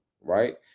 right